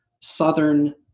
southern